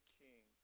king